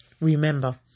Remember